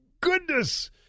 goodness